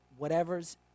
whatevers